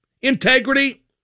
integrity